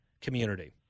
community